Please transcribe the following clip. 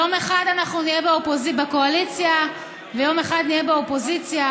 יום אנחנו נהיה בקואליציה ויום אחד נהיה באופוזיציה,